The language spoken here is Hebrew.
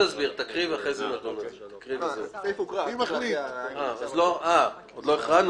הסעיף הזה לא הוכרע